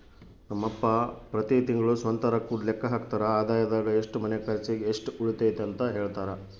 ನಮ್ ಅಪ್ಪ ಪ್ರತಿ ತಿಂಗ್ಳು ಸ್ವಂತ ರೊಕ್ಕುದ್ ಲೆಕ್ಕ ಹಾಕ್ತರ, ಆದಾಯದಾಗ ಎಷ್ಟು ಮನೆ ಕರ್ಚಿಗ್, ಎಷ್ಟು ಉಳಿತತೆಂತ ಹೆಳ್ತರ